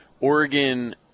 Oregon